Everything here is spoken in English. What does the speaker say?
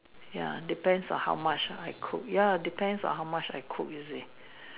ya depends on how much I cook ya depends on how much I cook you see